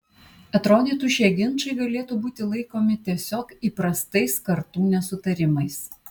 atrodytų šie ginčai galėtų būti laikomi tiesiog įprastais kartų nesutarimais